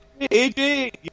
AJ